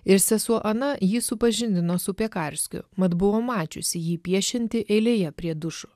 ir sesuo ana jį supažindino su piekarskio mat buvo mačiusi jį piešiantį eilėje prie dušų